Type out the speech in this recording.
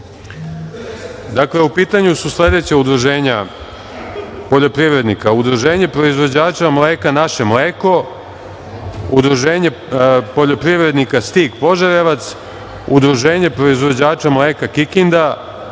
u pitanju su sledeća udruženja poljoprivrednika: